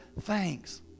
thanks